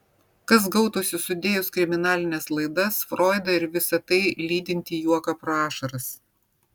kas gautųsi sudėjus kriminalines laidas froidą ir visa tai lydintį juoką pro ašaras